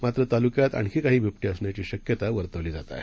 मात्रतालुक्यातआणखीकाहीबिबटेअसण्याचीशक्यतावर्तवलीजातआहे